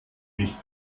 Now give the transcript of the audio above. nicht